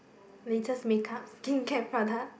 latest makeup skincare product